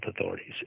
authorities